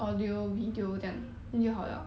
mm